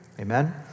amen